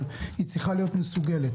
אבל היא צריכה להיות מסוגלת.